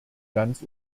ganz